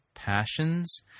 Passions